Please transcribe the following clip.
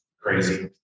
crazy